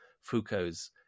Foucault's